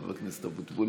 חבר הכנסת אבוטבול,